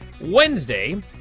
Wednesday